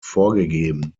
vorgegeben